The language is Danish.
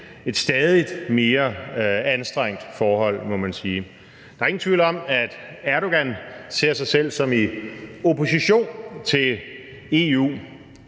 et stadig mere anstrengt forhold, må man sige. Der er ingen tvivl om, at Erdogan ser sig selv som værende i opposition til EU